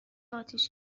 آتیش